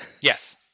Yes